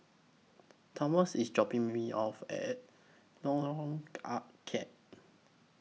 Thomas IS dropping Me off At Lorong Ah Thia